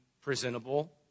presentable